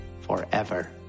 forever